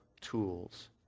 tools